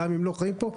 גם אם הם לא חיים פה,